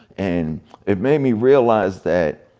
and it made me realize that,